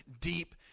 deep